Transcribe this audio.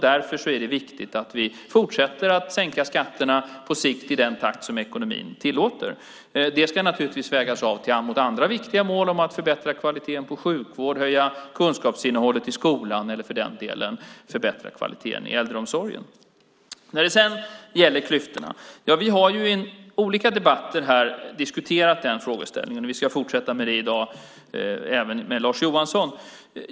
Därför är det viktigt att vi på sikt fortsätter att sänka skatterna i den takt som ekonomin tillåter. Det ska naturligtvis vägas av mot andra viktiga mål, att förbättra kvaliteten på sjukvård, höja kunskapsinnehållet i skolan eller för den delen förbättra kvaliteten i äldreomsorgen. Sedan gäller det klyftorna. Ja, vi har i olika debatter här diskuterat den frågeställningen, och vi ska fortsätta med det i dag även med Lars Johansson.